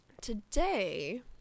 today